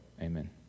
Amen